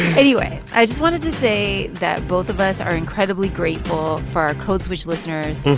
anyway, i just wanted to say that both of us are incredibly grateful for our code switch listeners.